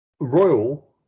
Royal